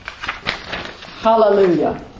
Hallelujah